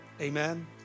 Amen